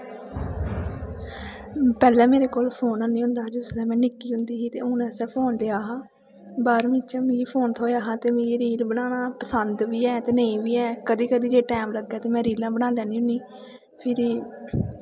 पैह्लें मेरे कोल फोन हैन्नी होंदा हा जदूं में निक्की होंदी ही ते हून असें फोन लेआ हा बाह्रमीं च मिगी फोन थ्होआ हा ते मिगी रील बनाना पसंद बी ऐ ते नेईं बी ऐ कदैं कदैं जे टैम लग्गै ते में रीलां बनाई लैन्नी होन्नीं फिरी